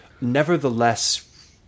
nevertheless